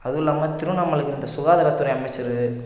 அதுல்லாம திருவண்ணாமலைக்கு இந்த சுகாதாரத்துறை அமைச்சர்